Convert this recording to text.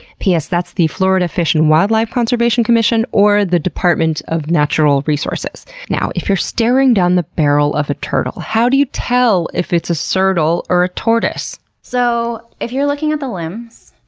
p s. that's the florida fish and wildlife conservation commission or the department of natural resources. now, if you're staring down the barrel of a turtle, how do you tell if it's a surtle or a tortoise? so if you're looking at the limbs,